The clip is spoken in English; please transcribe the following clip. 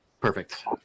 Perfect